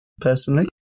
personally